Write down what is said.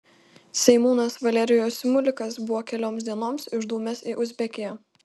seimūnas valerijus simulikas buvo kelioms dienoms išdūmęs į uzbekiją